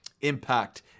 impact